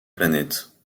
planète